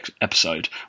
episode